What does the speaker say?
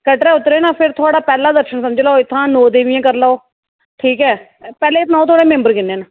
कटरा उतरे न फिर थुआढ़ा पैह्ला दर्शन समझी लैओ इत्थां नौ देवियां करी लैओ ठीक ऐ पैह्ले एह् सनाओ थुआढ़े मैंबर किन्ने न